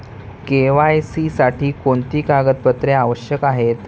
KYC साठी कोणती कागदपत्रे आवश्यक आहेत?